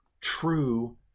true